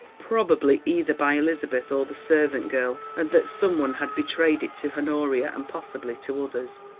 probably either by elizabeth or the servant girl, and that some one had betrayed it to honoria and possibly to others.